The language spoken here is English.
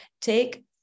take